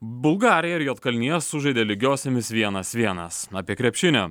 bulgarija ir juodkalnija sužaidė lygiosiomis vienas vienas apie krepšinį